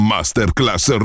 Masterclass